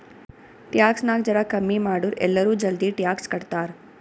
tax ನಾಗ್ ಜರಾ ಕಮ್ಮಿ ಮಾಡುರ್ ಎಲ್ಲರೂ ಜಲ್ದಿ ಟ್ಯಾಕ್ಸ್ ಕಟ್ತಾರ್